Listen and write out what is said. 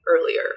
earlier